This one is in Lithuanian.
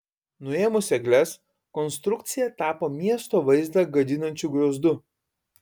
nuėmus egles konstrukcija tapo miesto vaizdą gadinančiu griozdu